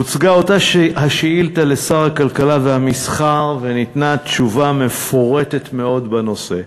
הוצגה אותה שאילתה לשר הכלכלה והמסחר וניתנה תשובה מפורטת מאוד בנושא.